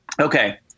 okay